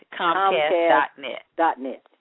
comcast.net